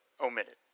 omitted